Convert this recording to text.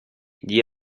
gli